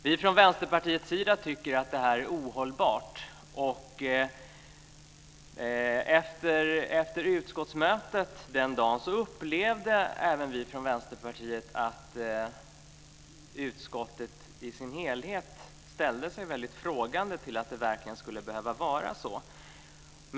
Vi från Vänsterpartiet tycker att detta är ohållbart. Och efter utskottsmötet den dagen upplevde även vi från Vänsterpartiet att utskottet i dess helhet ställde sig väldigt frågande till att det verkligen skulle behöva vara så.